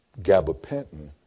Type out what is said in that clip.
gabapentin